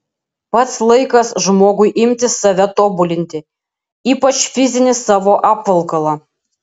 pats laikas žmogui imtis save tobulinti ypač fizinį savo apvalkalą